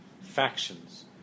factions